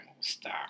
stop